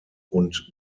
und